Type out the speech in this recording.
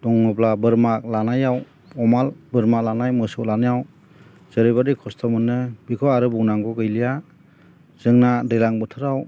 दङब्ला बोरमा लानायाव अमा बोरमा लानाय मोसौ लानायाव जेरैबायदि खस्थ' मोनो बेखौ आरो बुंनांगौ गैलिया जोंना दैज्लां बोथोराव